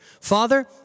Father